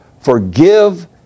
forgive